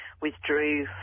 withdrew